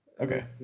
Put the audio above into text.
Okay